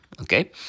okay